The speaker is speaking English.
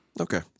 Okay